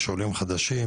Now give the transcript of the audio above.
יש עולים חדשים,